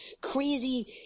crazy